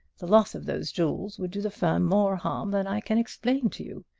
the loss of those jewels would do the firm more harm than i can explain to you.